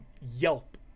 yelp